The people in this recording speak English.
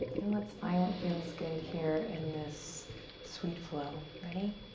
and let's find what feels good here in this sweet flow, ready?